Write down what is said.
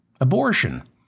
abortion